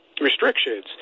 restrictions